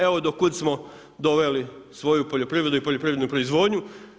Evo do kud smo doveli svoju poljoprivredu i poljoprivrednu proizvodnju.